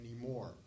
anymore